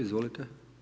Izvolite.